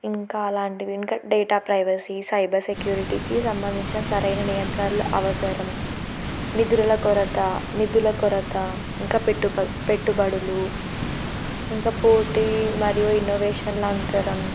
ఇంకా అలాంటివి ఇంకా డేటా ప్రైవసీ సైబర్ సెక్యూరిటీకి సంబంధించిన సరైన నియంత్రణల అవసరం నిధుల కొరత నిధుల కొరత ఇంకా పెట్టుబ పెట్టుబడులు ఇంకా పోటీ మరియు ఇన్నోవేషన్ల అంతరం